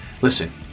Listen